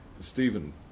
Stephen